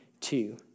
two